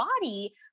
body